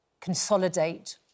consolidate